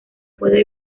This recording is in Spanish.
puede